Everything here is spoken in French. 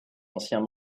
anciens